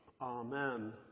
Amen